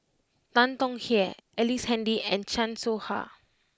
Tan Tong Hye Ellice Handy and Chan Soh Ha